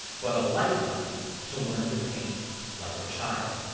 but a lifetime to learn to paint like a child.